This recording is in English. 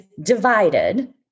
divided